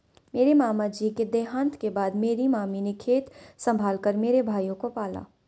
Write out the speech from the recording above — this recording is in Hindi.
मेरे मामा जी के देहांत के बाद मेरी मामी ने खेत संभाल कर मेरे भाइयों को पाला